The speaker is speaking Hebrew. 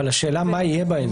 אבל השאלה מה יהיה בהן.